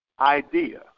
idea